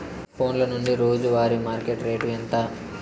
ఫోన్ల నుండి రోజు వారి మార్కెట్ రేటు ఎంత?